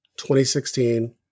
2016